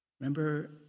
Remember